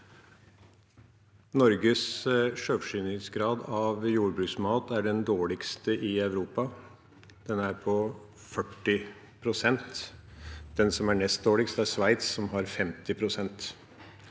Norges sjølforsyningsgrad av jordbruksmat er den dårligste i Europa. Den er på 40 pst. Den som er nest dårligst, er Sveits, som har 50 pst.